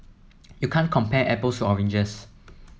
you can't compare apples to oranges